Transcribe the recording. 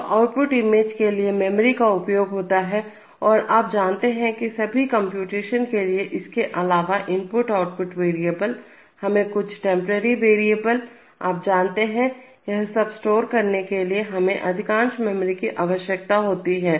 तो output image के लिए मेमोरी का उपयोग होता है और आप जानते हैं की सभी कंप्यूटेशन के लिए इसके अलावा इनपुट आउटपुट वेरिएबल हमें कुछ टेंपरेरी वेरिएबल आप जानते हैं यह सब स्टोर करने के लिए हमें अधिकांश मेमोरी की आवश्यकता है